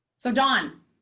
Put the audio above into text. so, dawn,